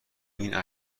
این